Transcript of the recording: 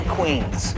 Queens